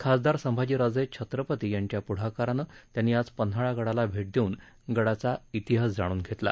खासदार संभाजीराजे छत्रपती यांच्या पुढाकाराने त्यांनी आज पन्हाळा गडाला भेट देऊन गडाचा इतिहास जाणून घेतला